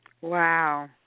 Wow